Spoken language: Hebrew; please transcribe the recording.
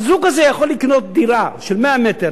הזוג הזה יכול לקנות דירה של 100 מטר